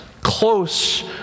close